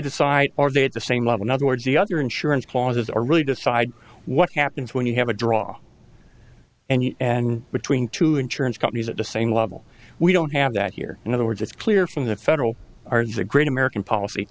decide are they at the same level in other words the other insurance clauses are really decide what happens when you have a draw and you and between two insurance companies at the same level we don't have that here in other words it's clear from the federal our the great american policy